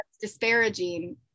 disparaging